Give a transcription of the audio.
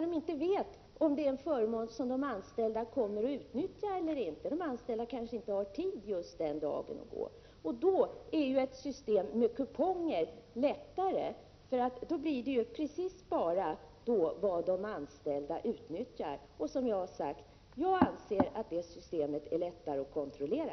de inte vet om de anställda kommer att utnyttja den förmånen? De anställda kanske inte har tid den dag det gäller. Då är ju ett system med kuponger lättare, eftersom företaget då betalar just för vad de anställda utnyttjar. Jag anser att det systemet är lättare att kontrollera.